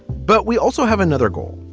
but we also have another goal.